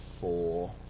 four